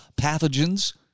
pathogens